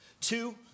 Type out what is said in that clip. two